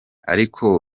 ariko